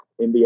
NBA